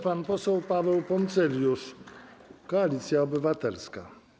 Pan poseł Paweł Poncyljusz, Koalicja Obywatelska.